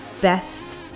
best